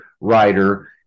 writer